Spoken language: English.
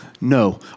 No